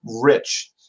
rich